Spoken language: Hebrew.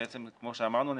כמו שאמרנו,